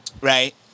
right